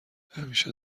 همیشه